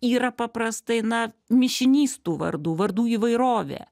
yra paprastai na mišinys tų vardų vardų įvairovė